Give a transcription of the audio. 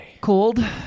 Cold